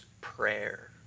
prayer